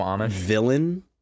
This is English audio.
villain